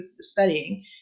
studying